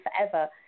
forever